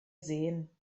seen